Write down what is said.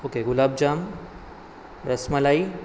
okay gulab jam rasmalai